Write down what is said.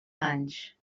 anys